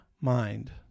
mind